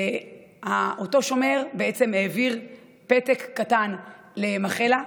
אותו שומר בעצם העביר פתק קטן למכלה,